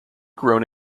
grown